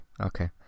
okay